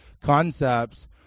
concepts